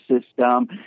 system